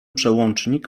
przełącznik